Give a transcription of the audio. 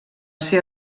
ser